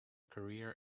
career